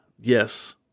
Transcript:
yes